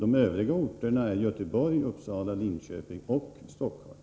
De övriga orterna är Göteborg, Uppsala, Linköping och Stockholm.